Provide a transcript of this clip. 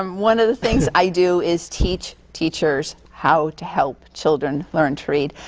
um one of the things i do is teach teachers how to help children learn to read.